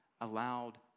allowed